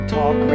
Talk